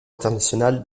international